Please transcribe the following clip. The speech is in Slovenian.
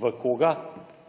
V koga? V delu,